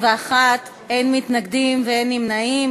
בעד, 41, אין מתנגדים ואין נמנעים.